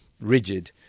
rigid